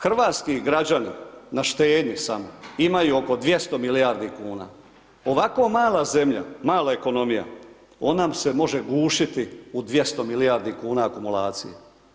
Hrvatski građani na štednji samo imaju oko 200 milijardi kuna, ovako mala zemlja, mala ekonomija, ona nam se može gušiti u 200 milijardi kuna akumulacije.